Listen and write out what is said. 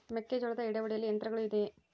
ಮೆಕ್ಕೆಜೋಳದ ಎಡೆ ಒಡೆಯಲು ಯಂತ್ರಗಳು ಇದೆಯೆ?